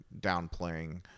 downplaying